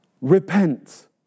repent